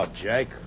Jake